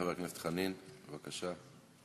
חבר הכנסת חנין, בבקשה.